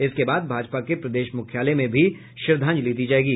इसके बाद भाजपा के प्रदेश मुख्यालय में भी श्रद्धांजलि दी जायेगी